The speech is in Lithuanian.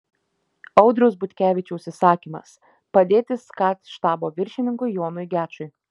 audriaus butkevičiaus įsakymas padėti skat štabo viršininkui jonui gečui